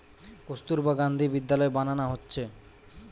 কস্তুরবা গান্ধী বিদ্যালয় বানানা হচ্ছে